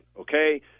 okay